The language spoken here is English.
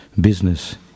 business